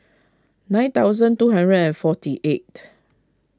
nine thousand two hundred and forty eight